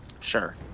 Sure